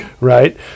Right